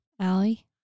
Allie